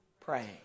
praying